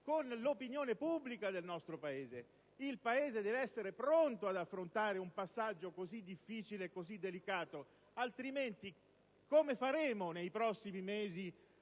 e l'opinione pubblica? Il Paese deve essere pronto ad affrontare un passaggio così difficile e delicato, altrimenti come faremo nei prossimi mesi